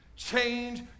Change